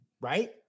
right